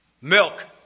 Milk